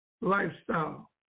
lifestyle